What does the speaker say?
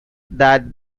that